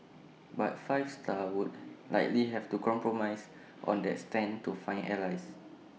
but five star would likely have to compromise on that stand to find allies